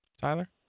Tyler